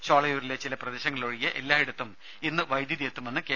ഷോളയൂരിലെ ചില പ്രദേശങ്ങളിലൊഴികെ എല്ലായിടത്തും ഇന്ന് വൈദ്യുതി എത്തുമെന്ന് കെ